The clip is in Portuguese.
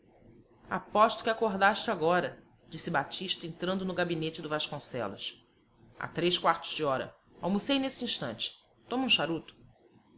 aposto que acordaste agora disse batista entrando no gabinete do vasconcelos há três quartos de hora almocei neste instante toma um charuto